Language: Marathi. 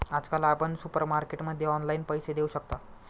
आजकाल आपण सुपरमार्केटमध्ये ऑनलाईन पैसे देऊ शकता